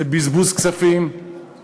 זה בזבוז כספים,